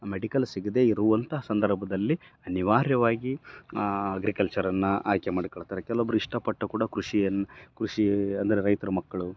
medical ಸಿಗದೇ ಇರುವಂಥ ಸಂದರ್ಭದಲ್ಲಿ ಅನಿವಾರ್ಯವಾಗಿ ಅಗ್ರಿಕಲ್ಚರನ್ನ ಆಯ್ಕೆ ಮಾಡಿಕೋಳ್ತಾರೆ ಕೆಲವೊಬ್ರು ಇಷ್ಟಪಟ್ಟು ಕೂಡ ಕೃಷಿಯನ್ನ ಕೃಷಿ ಅಂದರೆ ರೈತ್ರ ಮಕ್ಕಳು